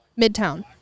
Midtown